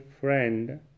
friend